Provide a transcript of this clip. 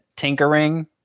Tinkering